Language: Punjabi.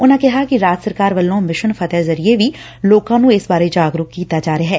ਉਨੂਾ ਕਿਹਾ ਕਿ ਰਾਜ ਸਰਕਾਰ ਵੱਲੋਂ ਮਿਸ਼ਨ ਫਤਹਿ ਜ਼ਰੀਏ ਵੀ ਲੋਕਾਂ ਨੂੰ ਇਸ ਬਾਰੇ ਜਾਗਰੂਕ ਕੀਤਾ ਜਾ ਰਿਹੈ